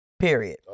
Period